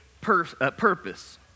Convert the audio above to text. purpose